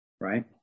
right